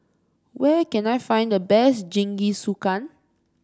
where can I find the best Jingisukan